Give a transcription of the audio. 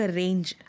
range